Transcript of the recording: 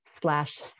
slash